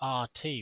Rt